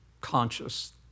conscious